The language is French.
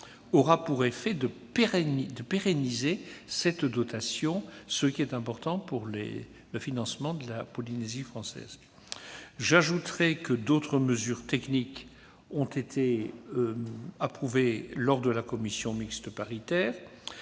aura pour effet de la pérenniser, ce qui est important pour le financement de la Polynésie française. D'autres mesures techniques ont été approuvées lors de la commission mixte paritaire,